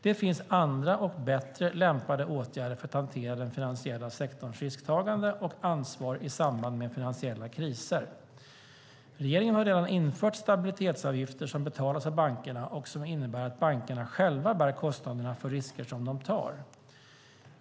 Det finns andra och bättre lämpade åtgärder för att hantera den finansiella sektorns risktagande och ansvar i samband med finansiella kriser. Regeringen har redan infört stabilitetsavgifter som betalas av bankerna och som innebär att bankerna själva bär kostnaderna för risker som de tar.